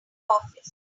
office